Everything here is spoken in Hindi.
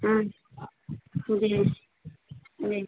जी जी